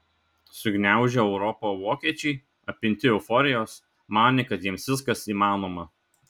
sugniaužę europą vokiečiai apimti euforijos manė kad jiems viskas įmanoma